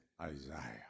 Isaiah